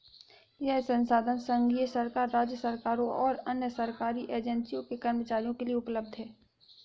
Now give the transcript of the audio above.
यह संसाधन संघीय सरकार, राज्य सरकारों और अन्य सरकारी एजेंसियों के कर्मचारियों के लिए उपलब्ध है